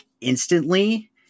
instantly